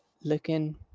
Looking